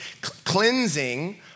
cleansing